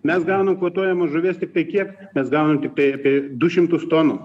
mes gaunam kvotuojamos žuvies tiktai kiek mes gaunam tiktai apie du šimtus tonų